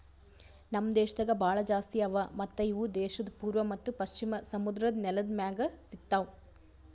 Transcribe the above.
ನಮ್ ದೇಶದಾಗ್ ಭಾಳ ಜಾಸ್ತಿ ಅವಾ ಮತ್ತ ಇವು ದೇಶದ್ ಪೂರ್ವ ಮತ್ತ ಪಶ್ಚಿಮ ಸಮುದ್ರದ್ ನೆಲದ್ ಮ್ಯಾಗ್ ಸಿಗತಾವ್